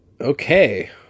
Okay